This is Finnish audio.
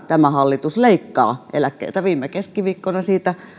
tämä hallitus leikkaa eläkkeitä neljännen kerran viime keskiviikkona siitä